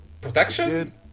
Protection